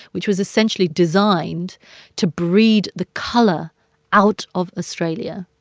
which was essentially designed to breed the color out of australia.